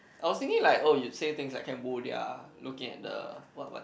I was thinking like oh you say things like the Cambodia looking at the what what